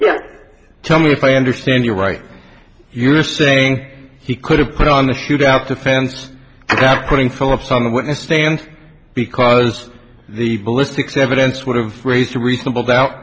yes tell me if i understand you right you're saying he could have put on the shoot out defense kept putting philip on the witness stand because the ballistics evidence would have raised a reasonable doubt